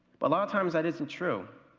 but a lot of times that isn't true.